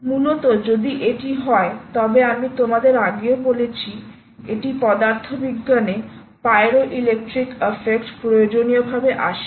মূলত যদি এটি হয় তবে আমি তোমাদের আগেও বলেছি এটি পদার্থবিজ্ঞানে পাইরো ইলেকট্রিক এফেক্ট প্রয়োজনীয়ভাবে আসে